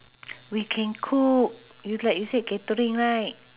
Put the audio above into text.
we can cook you like you said catering right